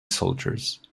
soldiers